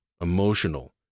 emotional